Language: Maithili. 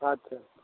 अच्छा